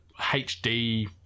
HD